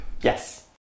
yes